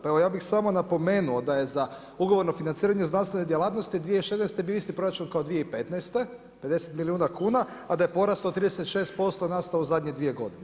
Pa evo ja bi samo napomenuo da je za ugovorno financiranje znanstvene djelatnosti 2016. bio isti proračun kao i 2015. 50 milijuna kuna, a da je porast od 36% nastao u zadnje 2 godine.